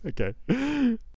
Okay